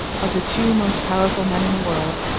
of the two most powerful men in the world,